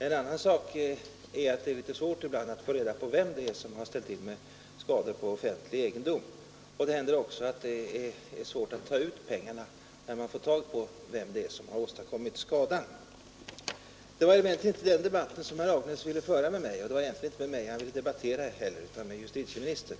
En annan sak är att det ibland är litet svårt att få reda på vem som har ställt till med skador på offentlig egendom. Och det händer att det är svårt att ta ut pengarna när man fått tag på den som också åstadkommit skadan. Det var emellertid inte den debatten herr Nilsson i Agnäs ville föra med mig — och det var egentligen inte med mig han ville debattera utan med justitieministern.